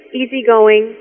easygoing